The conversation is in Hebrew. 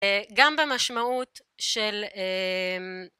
גם במשמעות של